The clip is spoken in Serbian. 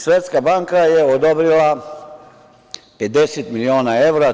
Svetska banka je odobrila 50.000.000 evra.